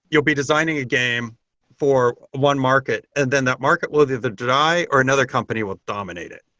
you'll be designing a game for one market and then that market will either die or another company will dominate it.